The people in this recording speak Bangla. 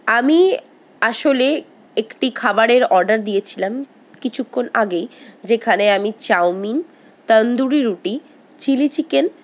আমি আসলে একটি খাবারের অর্ডার দিয়েছিলাম কিছুক্ষণ আগেই যেখানে আমি চাউমিন তন্দুরি রুটি চিলি চিকেন